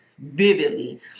vividly